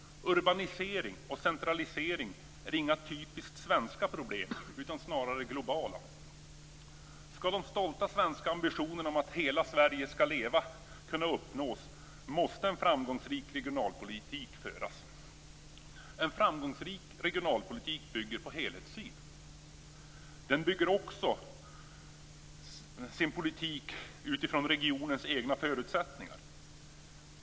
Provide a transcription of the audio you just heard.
Urbanisering och centralisering är inga typiskt svenska problem, snarare globala problem. För att kunna uppnå de stolta svenska ambitionerna om att hela Sverige skall leva måste en framgångsrik regionalpolitik föras. En framgångsrik regionalpolitik bygger på en helhetssyn. Den politiken bygger på regionens egna förutsättningar.